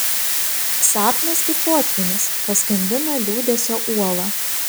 sapnas kaip potvynis paskandina liūdesio uolą